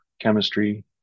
chemistry